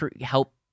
help